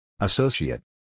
Associate